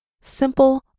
simple